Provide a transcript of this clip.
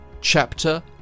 chapter